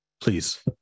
Please